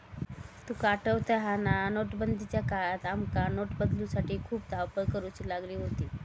तुका आठवता हा ना, नोटबंदीच्या काळात आमका नोट बदलूसाठी खूप धावपळ करुची लागली होती